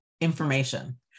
information